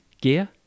gear